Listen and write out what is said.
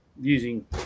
using